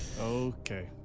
Okay